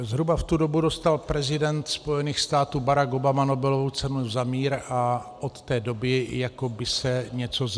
Zhruba v tu dobu dostal prezident Spojených států Barack Obama Nobelovu cenu za mír a od té doby jako by se něco zvrtlo.